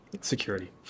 security